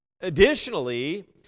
Additionally